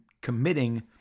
committing